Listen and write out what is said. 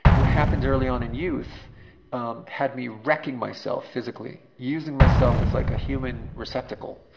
what happened early on in youth um had me wrecking myself physically, using myself as like a human receptacle.